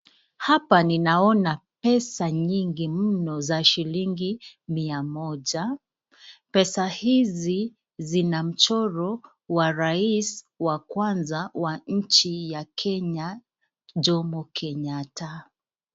Hapa ninaona pesa nyingi mno za shilingi mia moja, pesa hizi zina mchoro wa rais wa kwanza wa nchi ya Kenya, Jomo Kenyatta.